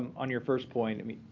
on your first point, i mean,